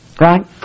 Right